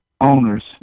owners